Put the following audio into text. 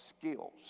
skills